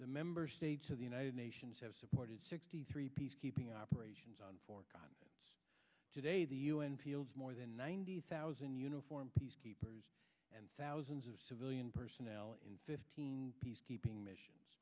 the member states of the united nations have supported sixty three peacekeeping operations on forgot today the un peals more than ninety thousand uniformed peacekeepers and thousands of civilian personnel in fifteen peacekeeping missions